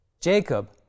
Jacob